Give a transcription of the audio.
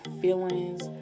feelings